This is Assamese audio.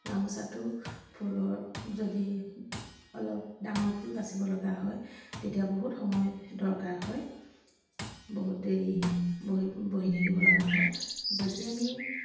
গামোচাটো ফুলৰ যদি অলপ ডাঙৰ ফুল বাচিব লগা হয় তেতিয়া বহুত সময় দৰকাৰ হয় বহুত দেৰি বহি বহি থাকিব লগা হয় যদি আমি